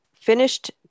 finished